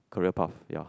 career path ya